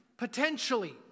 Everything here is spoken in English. Potentially